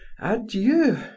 adieu